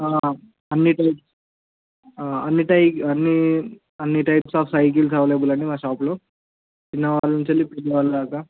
అన్ని టైప్స్ అన్ని టై అన్ని అన్ని టైప్స్ అఫ్ సైకిల్స్ అవైలబుల్ అండి మా షాపులో చిన్న వాళ్ళ నుంచి వెళ్ళి పెద్దవాళ్ళ దాకా